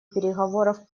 переговоров